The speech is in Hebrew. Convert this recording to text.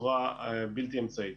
בצורה בלתי אמצעית.